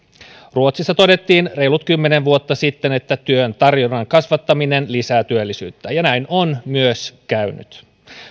ruotsissa todettiin reilut kymmenen vuotta sitten että työn tarjonnan kasvattaminen lisää työllisyyttä ja näin on myös käynyt